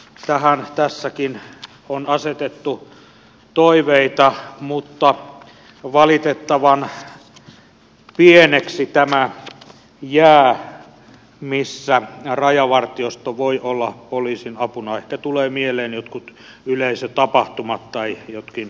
tähän tässäkin on asetettu toiveita mutta valitettavan pieneksi tämä jää missä rajavartiosto voi olla poliisin apuna ehkä tulee mieleen jotkut yleisötapahtumat tai jokin